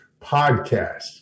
podcast